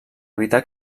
evitar